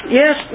yes